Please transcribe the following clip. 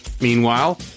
Meanwhile